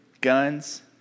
guns